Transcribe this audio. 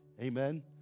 Amen